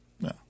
no